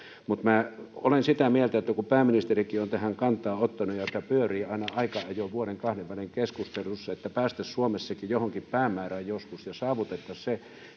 mutta minä olen sitä mieltä että kun kun pääministerikin on tähän kantaa ottanut ja tämä pyörii aina aika ajoin vuoden kahden välein keskustelussa niin päästäisiin suomessakin johonkin päämäärään joskus ja saavutettaisiin se